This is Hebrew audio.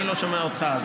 אני לא שומע אותך.